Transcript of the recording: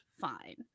Fine